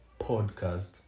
podcast